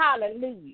Hallelujah